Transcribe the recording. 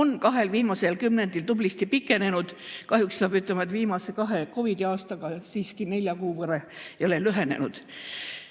on kahel viimasel kümnendil tublisti pikenenud. Kahjuks peab ütlema, et viimase kahe COVID‑i aastaga siiski nelja kuu võrra jälle lühenenud.